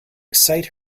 excite